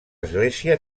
església